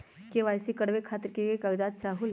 KYC करवे खातीर के के कागजात चाहलु?